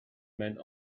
men